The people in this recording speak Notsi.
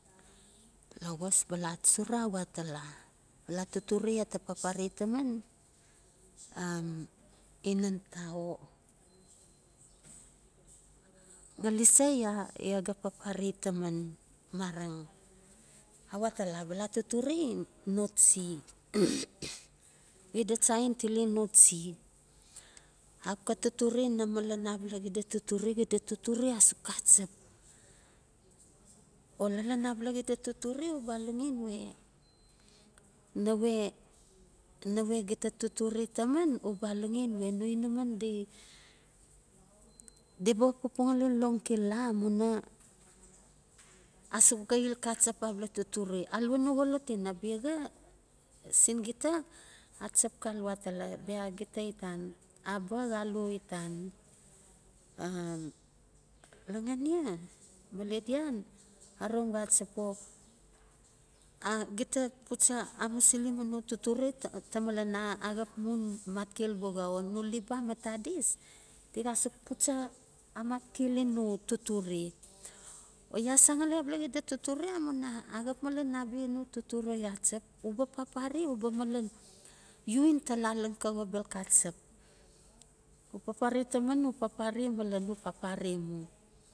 Lowas bala achuchura a we atala, bala totore ya ta papare taman inan ta, o ngalisa ya yaga papare taman? Mareng a we atala, bala totore noatsi xida cha in tele noatsi, axap xa totore na malan abala xida totore, xida totore asuk xacep. O lalan abala xida totore uba aloxen we, nawe, gita totore taman uba aloxen we no inaman di, di ba xap pupua ngali long xilala amuina asuk xail xacep abala totore. A lua no xolot ina, biaxa sin gita a chap xal we atala, bia gita itan aba xalo itan lagania ma liedan arom xacep o gita pucha amusili mu no totore ta malan axap mun matkel buxa o no liba ma tadis di xa suk pucha a matkeli no totore. O ya san ngali abala xide totore amuina axap maken abia no totore xacep uba papare uba malen u in tala lan xa xobel xacep, u papare taman u papare malen u papare mu